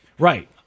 Right